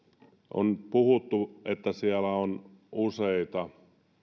on puhuttu että siellä on useita